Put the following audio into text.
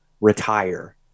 retire